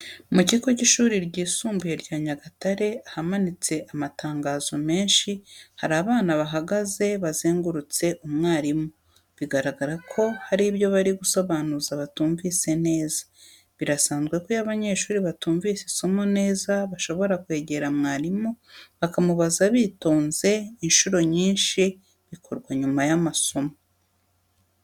Mu kigo cy'ishuri ryisumbuye rya Nyagatare ahamanitse amatangazo menshi, hari abana bahagaze bazengurutse mwarimu, bigaragara ko hari ibyo bari gusobanuza batumvise neza. Birasanzwe ko iyo abanyeshuri batumvise isomo neza, bshobora kwegera mwarimu bakamubaza bitonze inshuro nyinshi bikorwa nyuma y'amasomo.